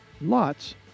Lots